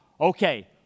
okay